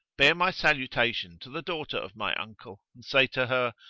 bear my salutation to the daughter of my uncle and say to her,